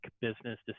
business